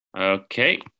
okay